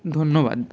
ধন্যবাদ